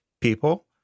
people